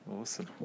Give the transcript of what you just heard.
Awesome